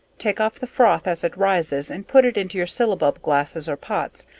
take off the froth as it rises and put it into your syllabub glasses or pots,